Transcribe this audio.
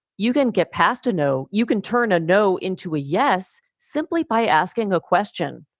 you can get past a no, you can turn a no into a yes simply by asking a question,